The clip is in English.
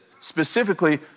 specifically